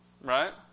right